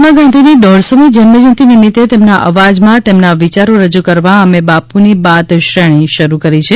મહાત્મા ગાંધીની દોઢસોમી જન્મજયંતી નિમિત્તે તેમના અવાજમાં તેમના વિચારો રજૂ કરવા અમે બાપુ કી બાત શ્રેણી શરૂ કરી છે